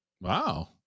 Wow